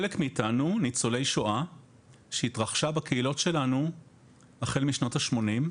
חלק מאיתנו ניצולי שואה שהתרחשה בקהילות שלנו החל משנות ה-80',